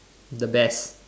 the best